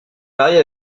mariée